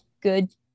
good